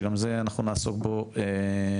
שגם זה אנחנו נעסוק בו בהמשך.